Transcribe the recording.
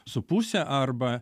su puse arba